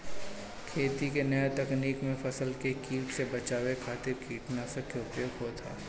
खेती के नया तकनीकी में फसल के कीट से बचावे खातिर कीटनाशक के उपयोग होत ह